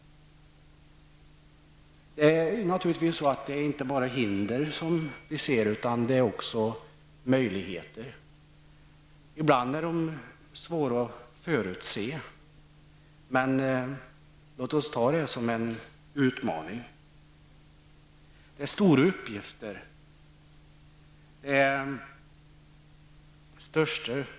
Vi ser naturligtvis inte bara hinder utan också möjligheter. Ibland är de svåra att förutse. Men låt oss ta det som en utmaning. Det är stora uppgifter.